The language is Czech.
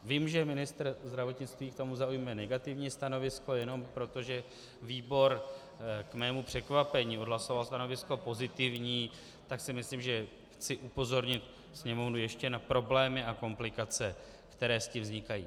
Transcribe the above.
Vím, že ministr zdravotnictví k tomu zaujme negativní stanovisko jenom proto, že výbor k mému překvapení odhlasoval stanovisko pozitivní, tak si myslím, že chci upozornit Sněmovnu ještě na problémy a komplikace, které s tím vznikají.